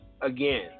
Again